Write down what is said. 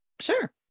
Sure